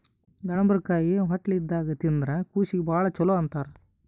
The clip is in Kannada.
ದಾಳಿಂಬರಕಾಯಿ ಹೊಟ್ಲೆ ಇದ್ದಾಗ್ ತಿಂದ್ರ್ ಕೂಸೀಗಿ ಭಾಳ್ ಛಲೋ ಅಂತಾರ್